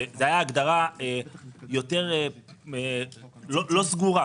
ההגדרה הייתה לא סגורה,